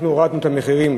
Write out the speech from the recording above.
הורדנו את המחירים